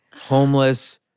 homeless